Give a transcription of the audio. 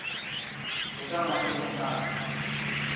ఎకరం అంటే ఎంత?